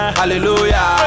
hallelujah